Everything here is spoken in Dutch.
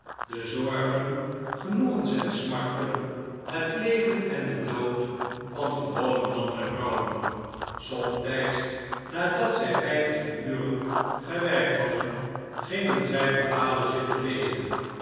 de zorgen genoegens en smarten het leven en den dood van gewone mannen en vrouwen somtijds nadat zij vijftien uren gewerkt hadden gingen zij verhalen zitten lezen